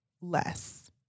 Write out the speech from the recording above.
less